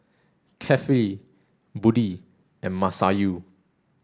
Kefli Budi and Masayu